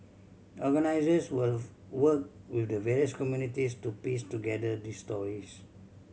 organisers will work with the various communities to piece together these stories